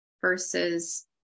versus